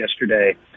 yesterday